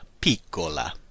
piccola